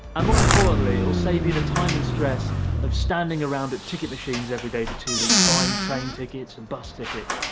um more importantly, it'll save you the time and stress of standing around at ticket machines every day for two weeks buying train tickets and bus tickets,